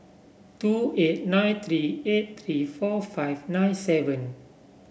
two eight nine three eight three four five nine seven